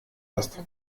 hast